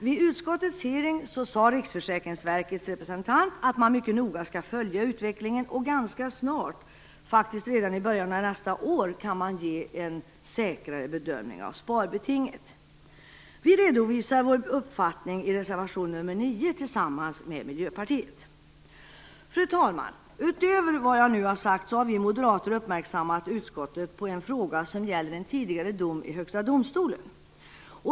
Vid utskottets hearing sade emellertid Riksförsäkringsverkets representant att man mycket noga skall följa utvecklingen och att man ganska snart, faktiskt redan i början av nästa år, kan ge en säkrare bedömning av sparbetinget. Vi redovisar vår uppfattning i reservation nr 9 tillsammans med Miljöpartiet. Fru talman! Utöver vad jag nu har sagt har vi moderater uppmärksammat utskottet på en fråga som gäller en tidigare dom i Högsta domstolen.